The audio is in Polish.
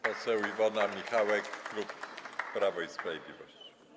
Poseł Iwona Michałek, klub Prawo i Sprawiedliwość.